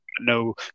no